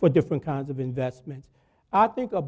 for different kinds of investments i think a